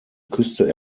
küste